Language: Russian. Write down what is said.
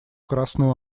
красную